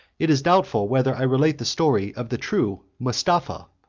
it is doubtful, whether i relate the story of the true mustapha,